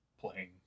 playing